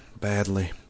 badly